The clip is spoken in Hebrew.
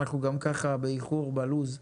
אנחנו גם ככה באיחור בלו"ז.